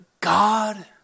God